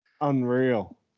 Unreal